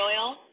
oil